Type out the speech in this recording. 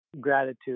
gratitude